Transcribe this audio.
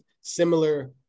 similar